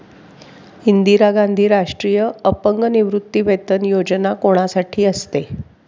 इंदिरा गांधी राष्ट्रीय अपंग निवृत्तीवेतन योजना कोणासाठी असते?